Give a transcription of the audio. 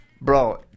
Bro